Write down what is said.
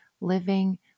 living